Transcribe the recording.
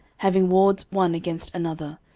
having wards one against another,